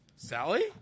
Sally